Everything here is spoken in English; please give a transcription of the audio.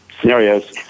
scenarios